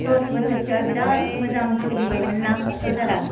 दस बोसोरसोया बिराद मोजां सोलिबायमोन्ना क'क्राझारआ